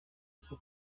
ako